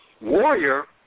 Warrior